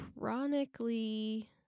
chronically